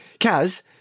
Kaz